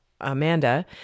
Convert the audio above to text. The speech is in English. Amanda